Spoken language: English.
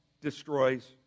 destroys